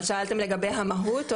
כן, אבל שאלתם לגבי המהות?